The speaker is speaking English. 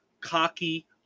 cocky